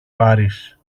πάρεις